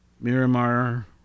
Miramar